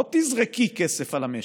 אל תזרקי כסף על המשק.